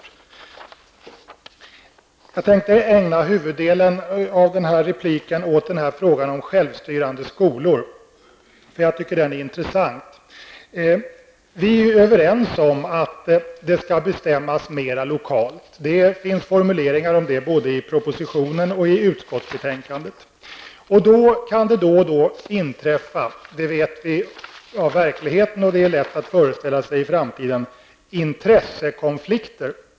Jag tänkte ägna huvuddelen av den här repliken åt frågan om självstyrande skolor, för jag tycker att den är intressant. Vi är överens om att mera skall bestämmas lokalt. Det finns formuleringar om det både i propositionen och i utskottsbetänkandet. Att det då emellanåt kan inträffa intressekonflikter, det vet vi av verkligheten, och det är lätt att föreställa sig att det uppstår sådana i framtiden.